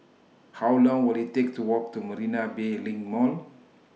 How Long Will IT Take to Walk to Marina Bay LINK Mall